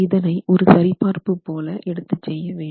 இதனை ஒரு சரிபார்ப்பு போல எடுத்துக்கொள்ளவேண்டும்